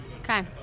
Okay